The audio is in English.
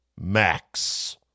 Max